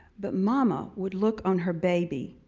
but mama would look on her baby,